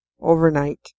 overnight